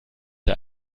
der